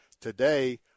Today